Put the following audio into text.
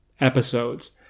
episodes